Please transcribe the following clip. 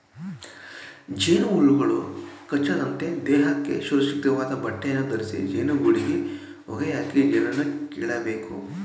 ಜೇನುಹುಳುಗಳು ಕಚ್ಚದಂತೆ ದೇಹಕ್ಕೆ ಸುರಕ್ಷಿತವಾದ ಬಟ್ಟೆಯನ್ನು ಧರಿಸಿ ಜೇನುಗೂಡಿಗೆ ಹೊಗೆಯಾಕಿ ಜೇನನ್ನು ಕೇಳಬೇಕು